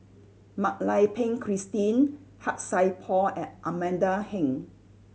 Mak Lai Peng Christine Han Sai Por and Amanda Heng